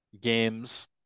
games